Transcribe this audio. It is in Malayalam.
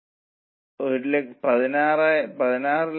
1